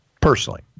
personally